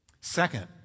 Second